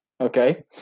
Okay